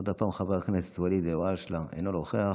עוד פעם חבר הכנסת ואליד אלהואשלה, אינו נוכח,